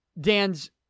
Dan's